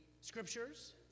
scriptures